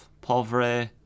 pauvre